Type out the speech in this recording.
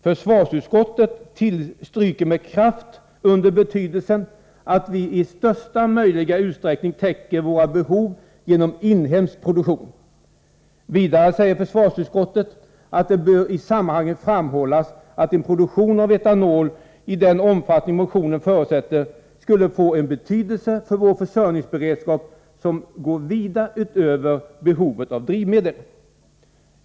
Försvarsutskottet stryker med kraft under betydelsen av att vi kan ”i största möjliga utsträckning täcka våra behov genom inhemsk produktion”. Vidare säger försvarsutskottet: ”Det bör i sammanhanget framhållas att en produktion av etanol i den omfattning motionen förutsätter skulle kunna få en betydelse för vår försörjningsberedskap som går vida utöver behoven av motordrivmedel.